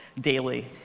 daily